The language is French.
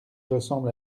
ressemble